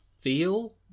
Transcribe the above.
feel